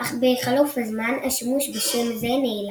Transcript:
אך בחלוף הזמן השימוש בשם זה נעלם.